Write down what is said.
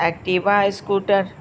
Activa scooter